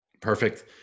Perfect